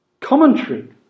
commentary